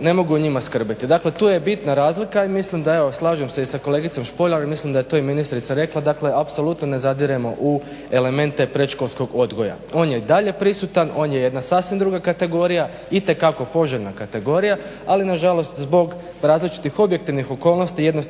ne mogu o njima skrbiti. Dakle tu je bitna razlika i mislim da evo slažem se i sa kolegicom Špoljar i mislim da je to i ministrica rekla dakle apsolutno ne zadiremo u elemente predškolskog odgoja. On je i dalje prisutan, on je jedna sasvim druga kategorija, itekako poželjna kategorija, ali nažalost zbog različitih objektivnih okolnosti jednostavno